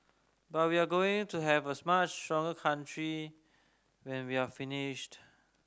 but we're going to have a much stronger country when we're finished